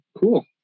cool